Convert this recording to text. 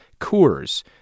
Coors